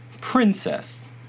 Princess